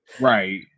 Right